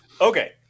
Okay